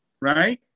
right